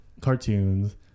cartoons